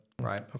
right